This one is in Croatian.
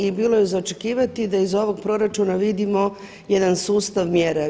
I bilo za očekivati da iz ovog proračuna vidimo jedan sustav mjera.